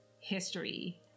history